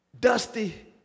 dusty